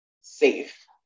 safe